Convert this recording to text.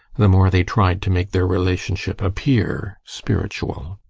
the more they tried to make their relationship appear spiritual.